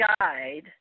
guide